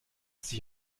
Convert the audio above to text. sich